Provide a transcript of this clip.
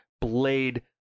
blade